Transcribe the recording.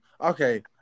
okay